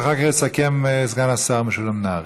ואחר כך יסכם סגן השר משולם נהרי.